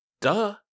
Duh